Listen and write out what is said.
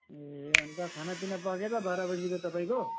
ए अन्त खानापिना पाकेको बाह्र बजीको तपाईँको